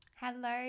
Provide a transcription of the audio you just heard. Hello